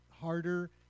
harder